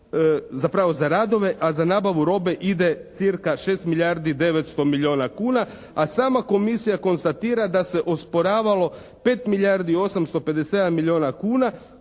zapravo za radove a za nabavu robe ide cirka 6 milijardi 900 milijuna kuna a sama komisija konstatira da se osporavalo 5 milijardi 857 milijuna kuna.